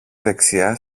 δεξιά